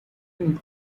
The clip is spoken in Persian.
این